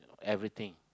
everything